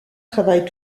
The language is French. travaille